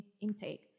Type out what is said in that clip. intake